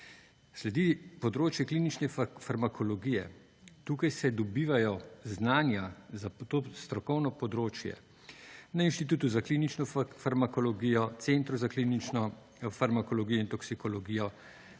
Sledi področje klinične farmakologije, tukaj se dobivajo znanja za to strokovno področje, na Inštitutu za klinično farmakologijo, centru za klinično farmakologijo in toksikologijo,